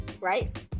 Right